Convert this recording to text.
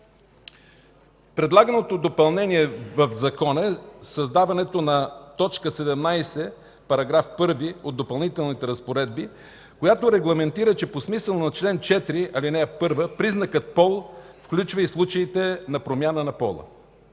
Предлаганото допълнение в закона е създаването на т. 17 в § 1 от Допълнителните разпоредби, която регламентира, че по смисъла на чл. 4, ал. 1 признакът „пол” включва и случаите на промяна на пола.